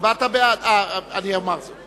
התעבורה (הפחתת גובה קנס בשל תשלום מיידי),